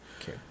Okay